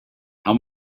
how